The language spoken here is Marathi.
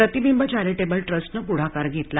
प्रतिबिंब चॅरिटेबल ट्रस्टनं पुढाकार घेतला